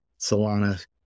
Solana